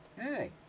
Hey